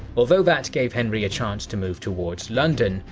although that gave henry a chance to move towards london,